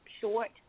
short